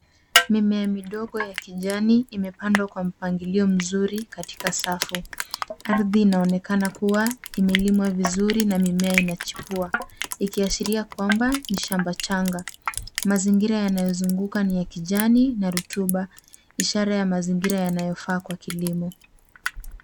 Mimea midogo ya kijani imepandwa kwa mpangilio mzuri katika safu. Ardhi inaonekana kuwa imelimwa vizuri na mimea inachipua, ikiashiria kwamba ni shamba changa. Mazingira yanayozunguka ni ya kijani na rutuba, ishara ya mazingira yanayofaa kwa kilimo.